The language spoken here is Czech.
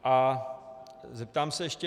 A zeptám se ještě.